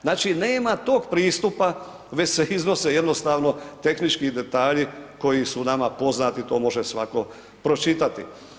Znači nema tog pristupa već se iznose jednostavno tehnički detalji koji su nama poznati, to može svako pročitati.